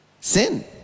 sin